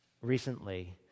recently